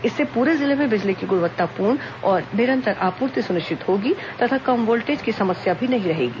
इससे पूरे जिले में बिजली की गुणवत्तापूर्ण और निरंतर आपूर्ति सुनिश्चित होगी तथा कम वोल्टेज की समस्या भी नहीं रहेगी